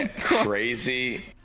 crazy